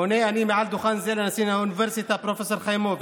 פונה אני מעל דוכן זה לנשיא האוניברסיטה פרופ' חיימוביץ':